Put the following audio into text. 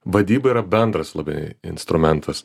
vadyba yra bendras labai instrumentas